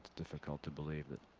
difficult to believe that